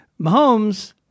Mahomes